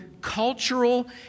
cultural